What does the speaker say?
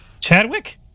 Chadwick